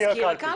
מזכיר הקלפי.